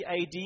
AD